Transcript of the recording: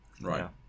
Right